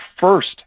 first